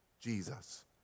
Jesus